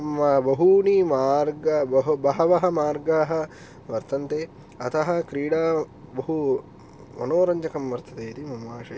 बहूनि मार्ग बहवः मार्गाः वर्तन्ते अतः क्रीडा बहु मनोरञ्जकं वर्तते इति मम आशयः